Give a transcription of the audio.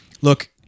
Look